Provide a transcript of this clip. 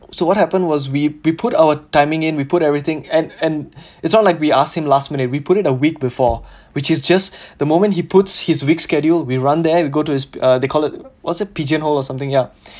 so what happened was we we put our timing in we put everything and and it's not like we ask him last minute we put it a week before which is just the moment he puts his week schedule we run there we go to his uh they call it was it pigeon hole or something ya